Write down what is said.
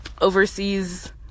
overseas